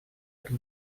эту